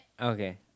Okay